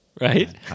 Right